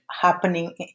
happening